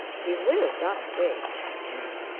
he will run away if he can.